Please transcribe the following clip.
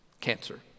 Cancer